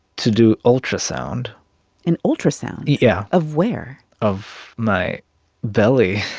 to do ultrasound an ultrasound. yeah. of where? of my belly,